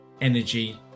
energy